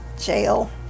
Jail